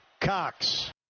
Cox